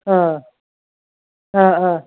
अ अ